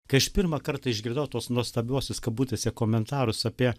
kai aš pirmą kartą išgirdau tuos nuostabiuosius kabutėse komentarus apie